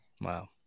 Wow